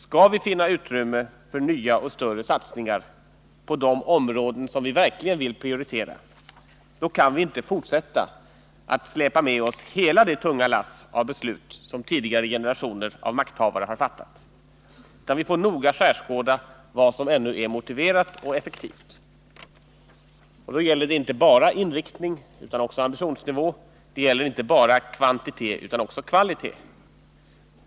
Skall vi finna utrymme för nya och större satsningar på de områden som vi verkligen vill prioritera, kan vi inte fortsätta att släpa med oss hela det tunga lass av beslut som tidigare generationer av makthavare har fattat, utan vi får noga skärskåda vad som ännu är motiverat och effektivt. Och det gäller då inte bara inriktning utan också ambitionsnivå och inte bara kvantitet utan också kvalitet.